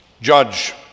judge